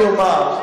אני אומר,